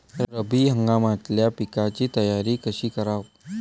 रब्बी हंगामातल्या पिकाइची तयारी कशी कराव?